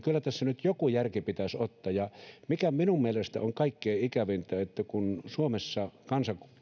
kyllä tässä nyt joku järki pitäisi olla mikä minun mielestäni on kaikkein ikävintä on se että kun suomessa